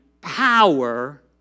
power